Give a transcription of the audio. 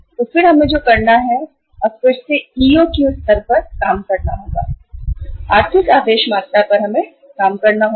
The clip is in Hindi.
तो फिर हमें EOQ या आर्थिक आदेश मात्रा स्तर पर काम करना होगा